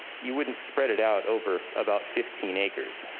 you wouldn't spread it out over about fifteen acres.